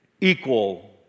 equal